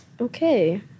okay